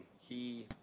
he,